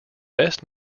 best